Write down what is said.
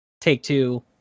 Take-Two